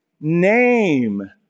name